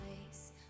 place